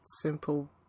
simple